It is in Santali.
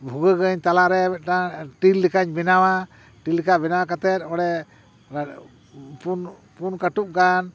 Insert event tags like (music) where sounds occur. ᱵᱷᱩᱜᱟᱹᱜᱟᱹᱧ ᱛᱟᱞᱟ ᱨᱮ ᱢᱤᱫᱴᱟᱝ ᱴᱤᱨ ᱞᱮᱠᱟᱧ ᱵᱮᱱᱟᱣᱟ ᱴᱤᱨ ᱞᱮᱠᱟ ᱵᱮᱱᱟᱣ ᱠᱟᱛᱮ ᱚᱸᱰᱮ (unintelligible) ᱯᱩᱱ ᱠᱟᱴᱩᱵ ᱜᱟᱱ